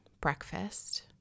breakfast